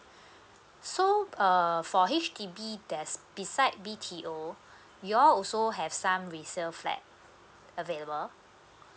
so uh for H_D_B there's beside B_T_O you all also have some resale flat available